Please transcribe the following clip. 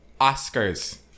Oscars